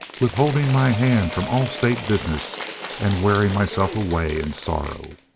withholding my hand from all state business and wearing myself away in sorrow